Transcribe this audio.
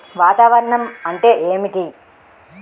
వాతావరణం అంటే ఏమిటి?